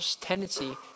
tendency